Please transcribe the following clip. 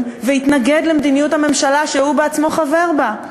והתנגד למדיניות הממשלה שהוא עצמו חבר בה,